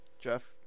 jeff